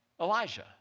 Elijah